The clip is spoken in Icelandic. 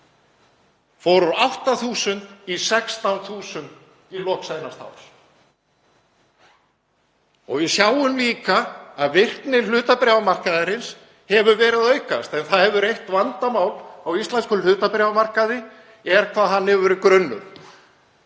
úr 8.000 í 16.000 í lok seinasta árs. Við sjáum líka að virkni hlutabréfamarkaðarins hefur verið að aukast en það er eitt vandamál á íslenskum hlutabréfamarkaði hvað hann hefur verið grunnur.